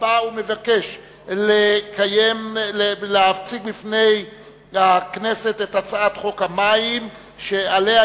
עתה הוא מבקש להציג בפני הכנסת את הצעת חוק המים (תיקון,